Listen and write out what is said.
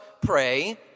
pray